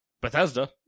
Bethesda